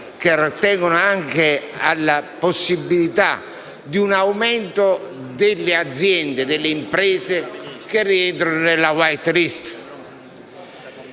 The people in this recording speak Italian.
che attengono anche alla possibilità di un aumento delle aziende e imprese che rientrano nella *white* *list*,